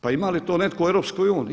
Pa ima li to netko u EU?